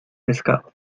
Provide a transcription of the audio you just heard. pescado